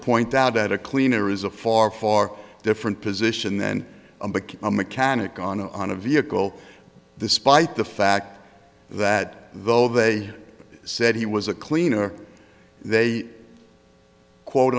point out that a cleaner is a far far different position then became a mechanic on a vehicle despite the fact that though they said he was a cleaner they quote